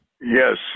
Yes